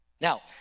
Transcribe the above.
Now